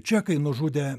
čekai nužudė